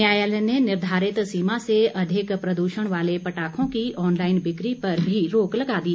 न्यायालय ने निर्धारित सीमा से अधिक प्रदूषण वाले पटाखों की ऑन लाइन बिक्री पर भी रोक लगा दी